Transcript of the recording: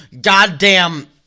goddamn